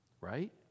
right